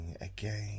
again